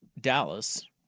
Dallas